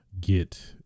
get